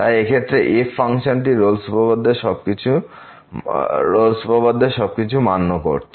তাই এই ক্ষেত্রে f ফাংশনটি রোল'স উপপাদ্যের সবকিছু মান্য করছে